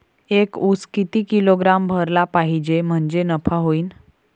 एक उस किती किलोग्रॅम भरला पाहिजे म्हणजे नफा होईन?